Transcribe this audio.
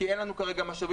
כי אין לנו כרגע משאבים,